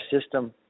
system